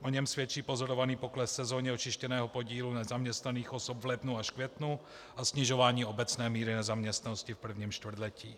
O něm svědčí pozorovaný pokles sezónně očištěného podílu nezaměstnaných osob v lednu až květnu a snižování obecné míry nezaměstnanosti v prvním čtvrtletí.